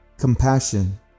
Compassion